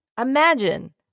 Imagine